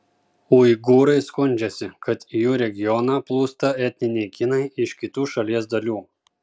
uigūrai skundžiasi kad į jų regioną plūsta etniniai kinai iš kitų šalies dalių